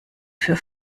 für